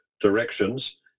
directions